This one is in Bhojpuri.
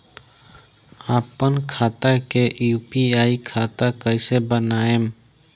आपन खाता के यू.पी.आई खाता कईसे बनाएम?